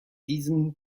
diesen